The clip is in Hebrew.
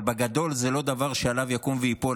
בגדול זה לא דבר שעליו יקום וייפול,